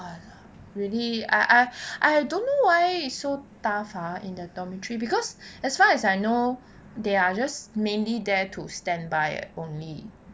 really I I I don't know why it's so tough ah in the dormitory because as far as I know they are just mainly there to standby only